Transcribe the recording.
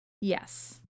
Yes